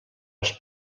els